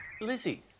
Lizzie